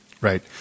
Right